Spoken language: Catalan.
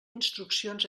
instruccions